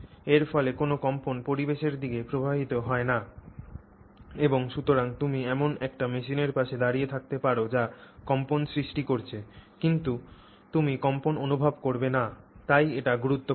এর ফলে কোনও কম্পন পরিবেশের দিকে প্রবাহিত হয় না এবং সুতরাং তুমি এমন একটি মেশিনের পাশে দাঁড়িয়ে থাকতে পার যা কম্পন সৃষ্টি করছে কিন্তু তুমি কম্পন অনুভব করবে না তাই এটি গুরুত্বপূর্ণ